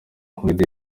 comedy